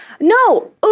No